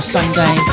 Sunday